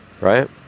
right